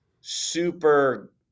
super